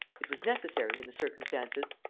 it was necessary, in the circumstances,